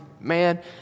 Man